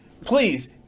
please